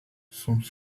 sont